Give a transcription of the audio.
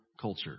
culture